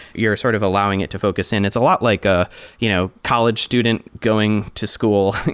you're sort of allowing it to focus in. it's a lot like ah you know college student going to school,